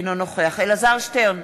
אינו נוכח אלעזר שטרן,